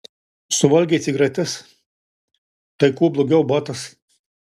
suvalgei cigaretes tai kuo blogiau batas